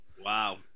Wow